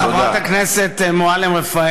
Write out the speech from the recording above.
חברת הכנסת מועלם-רפאלי,